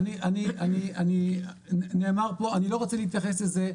אני לא רוצה להתייחס לזה,